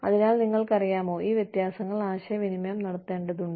അതിനാൽ നിങ്ങൾക്കറിയാമോ ഈ വ്യത്യാസങ്ങൾ ആശയവിനിമയം നടത്തേണ്ടതുണ്ട്